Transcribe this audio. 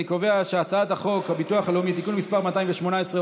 אני קובע שהצעת החוק הביטוח הלאומי (תיקון מס' 218,